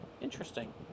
Interesting